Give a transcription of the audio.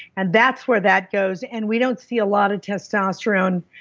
and that's where that goes, and we don't see a lot of testosterone.